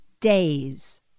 days